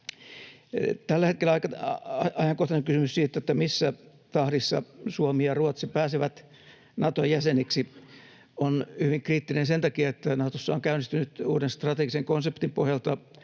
Tällä hetkellä ajankohtainen kysymys siitä, missä tahdissa Suomi ja Ruotsi pääsevät Naton jäseniksi, on hyvin kriittinen sen takia, että Natossa on käynnistynyt uuden strategisen konseptin pohjalta